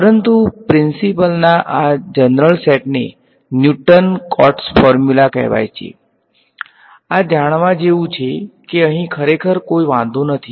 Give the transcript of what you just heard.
પરંતુ પ્રીંન્સીપલ ના આ જનરલ સેટ ને ન્યુટન કોટ્સ ફોર્મ્યુલા કહેવાય છે આ જાણવા જેવું છે કે અહીં ખરેખર કોઈ વાંધો નથી